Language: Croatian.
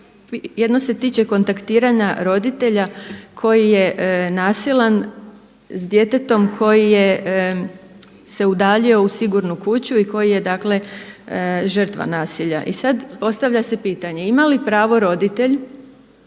Jedno se tiče kontaktiranja roditelja koji je nasilan s djetetom, koji je se udaljio u sigurnu kuću i koji je dakle žrtva nasilja. I sad postavlja se pitanje ima li pravo roditelj